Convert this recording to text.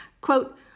quote